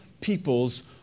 peoples